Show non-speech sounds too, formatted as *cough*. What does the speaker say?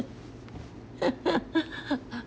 *laughs*